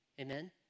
Amen